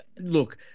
look